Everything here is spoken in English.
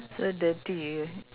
so dirty y~